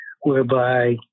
whereby